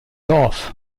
off